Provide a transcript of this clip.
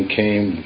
came